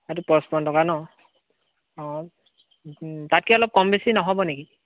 এটো পঁচপন্ন টকা ন অঁ তাতকৈ অলপ কম বেছি নহ'ব নেকি